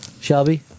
Shelby